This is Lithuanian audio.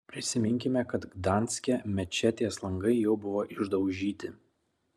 prisiminkime kad gdanske mečetės langai jau buvo išdaužyti